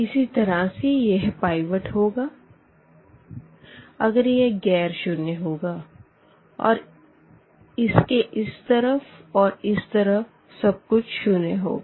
इसी तरह से यह पाइवट होगा अगर यह गैर शून्य होगा और इसके इसके इस तरफ़ और इस तरफ़ सब कुछ शून्य होगा